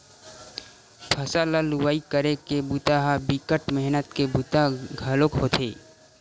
फसल ल लुवई करे के बूता ह बिकट मेहनत के बूता घलोक होथे